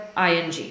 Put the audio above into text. ing